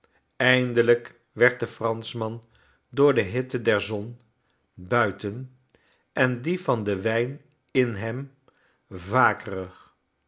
eindelijk werd de franschman door de hittederzon buiten en die van den wijn in hem vakerig